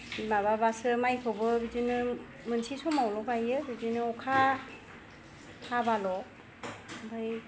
माबाबासो माइखौबो बिदिनो मोनसे समावल' गायो बिदिनो अखा हाबाल' ओमफाय